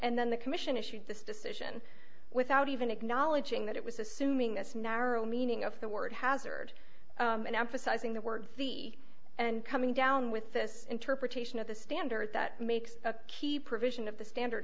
and then the commission issued this decision without even acknowledging that it was assuming this narrow meaning of the word hazard and emphasizing the words the and coming down with this interpretation of the standard that makes a key provision of the standard